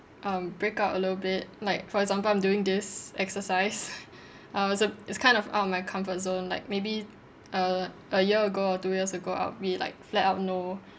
um break out a little bit like for example I'm doing this exercise I was uh it's kind of out of my comfort zone like maybe a a year ago or two years ago I'll be like flat out no